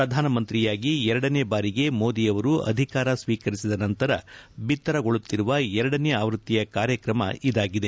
ಪ್ರಧಾನಮಂತ್ರಿಯಾಗಿ ಎರಡನೇ ಬಾರಿಗೆ ಮೋದಿಯವರು ಅಧಿಕಾರ ಸ್ವೀಕರಿಸಿದ ನಂತರ ಬಿತ್ತರಗೊಳ್ಳುತ್ತಿರುವ ಎರಡನೇ ಆವೃತ್ತಿಯ ಕಾರ್ಯಕ್ರಮ ಇದಾಗಿದೆ